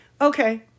Okay